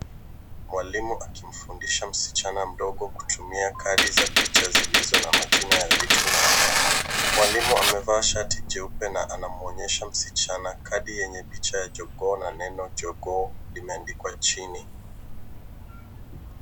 Mwalimu akimfundisha msichana mdogo kutumia kadi za picha zilizo na majina ya vitu na wanyama, mwalimu amevaa shati jeupe na anamwonyesha msichana kadi yenye picha ya jogoo na neno jogoo limeandikwa chini.